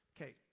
okay